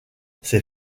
ces